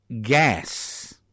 gas